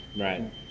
Right